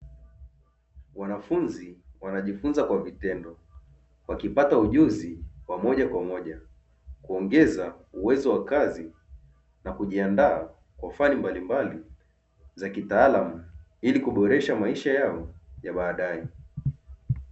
Wanafunzi wanajifunza kwa vitendo wakipata ujuzi wa moja kwa moja, kuongeza uwezo wa kazi na kujiandaa kwa fani mbalimbali za kitaalamu ili kuboresha maisha yao ya baadae.